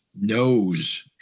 knows